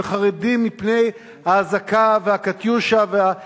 וחרדים מפני האזעקה וה"קטיושה" וה"גראד"